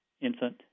infant